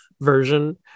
version